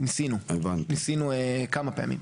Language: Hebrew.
ניסינו כמה פעמים.